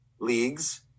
leagues